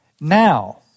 now